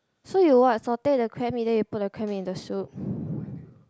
so you what satay the crab meat then you put the crab meat in the soup